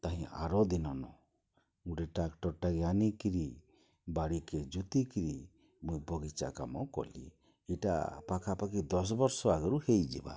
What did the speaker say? ତାହିଁ ଆରଦିନ ନ ଗୋଟେ ଟ୍ରାକ୍ଟର୍ଟେ ଆନିକିରି ବାଡ଼ିକେ ଜୁତିକିରି ମୁଇଁ ବଗିଚା କାମ କଲି ଇଟା ପାଖାପାଖ୍ ଦଶ୍ ବର୍ଷ ଆଗ୍ରୁ ହେଇଯିବା